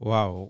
Wow